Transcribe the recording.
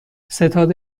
ستاد